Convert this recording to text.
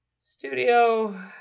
Studio